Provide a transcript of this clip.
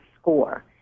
score